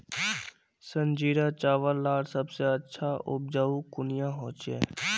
संजीरा चावल लार सबसे अच्छा उपजाऊ कुनियाँ होचए?